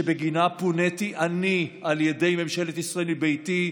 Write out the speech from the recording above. שבגינה פוניתי אני על ידי ממשלת ישראל מביתי,